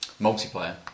multiplayer